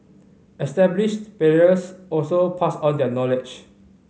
established players also pass on their knowledge